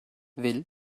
will